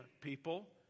people